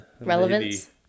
Relevance